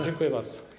Dziękuję bardzo.